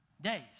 days